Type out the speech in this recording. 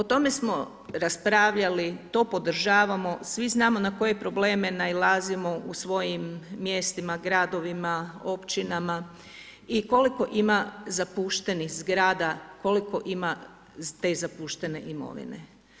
O tome smo raspravljali, to podržavamo, svi znamo na koje probleme nailazimo u svojim mjestima, gradovima, općinama, i koliko ima zapuštenih zgrada, koliko ima te zapuštene imovine.